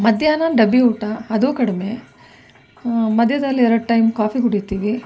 ಮಧ್ಯಾಹ್ನ ಡಬ್ಬಿ ಊಟ ಅದು ಕಡಿಮೆ ಮಧ್ಯದಲ್ಲಿ ಎರಡು ಟೈಮ್ ಕಾಫಿ ಕುಡಿತೀವಿ